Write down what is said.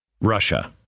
Russia